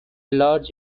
large